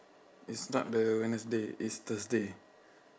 it's not the wednesday it's thursday